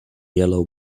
yellow